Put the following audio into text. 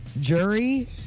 Jury